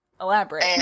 Elaborate